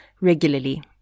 regularly